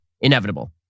inevitable